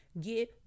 get